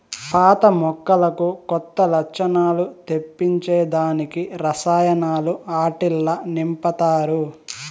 పాత మొక్కలకు కొత్త లచ్చణాలు తెప్పించే దానికి రసాయనాలు ఆట్టిల్ల నింపతారు